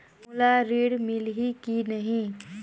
मोला ऋण मिलही की नहीं?